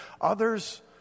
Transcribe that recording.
Others